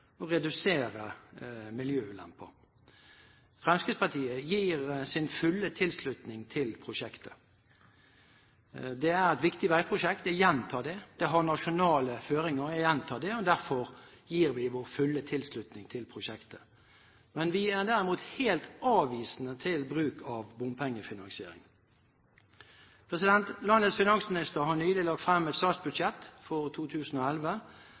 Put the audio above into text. å styrke langsiktig verdiskaping, forbedre trafikksikkerheten og redusere miljøulemper. Fremskrittspartiet gir sin fulle tilslutning til prosjektet. Det er et viktig veiprosjekt – jeg gjentar det. Det har nasjonale føringer – jeg gjentar det. Derfor gir vi vår fulle tilslutning til prosjektet. Vi er derimot helt avvisende til bruk av bompengefinansiering. Landets finansminister har nylig lagt frem statsbudsjettet for 2011,